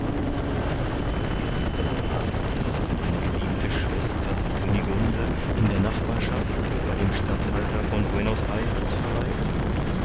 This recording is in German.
aber ist es denn wahr daß meine geliebte schwester kunigunde in der nachbarschaft bei dem statthalter von buenos ayres verweilt